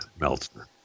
Meltzer